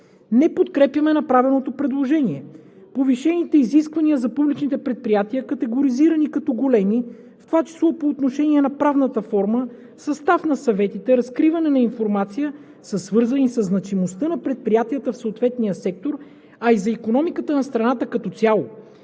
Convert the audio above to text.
„Не подкрепяме направеното предложение. Повишените изисквания за публичните предприятия, категоризирани като големи, в това число по отношение на правната форма състав на съветите, разкриване на информация, са свързани със значимостта на предприятията в съответния сектор, а и за икономиката на страната като цяло.